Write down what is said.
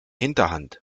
hinterhand